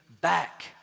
back